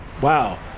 wow